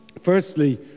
Firstly